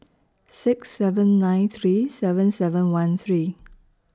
six seven nine three seven seven one three